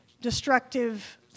destructive